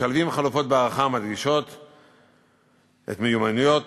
משלבים חלופות בהערכה המדגישות את מיומנויות